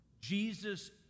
Jesus